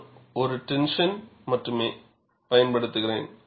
நான் ஒரு டென்ஷன் மட்டுமே பயன்படுத்துகிறேன்